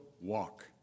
walk